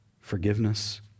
forgiveness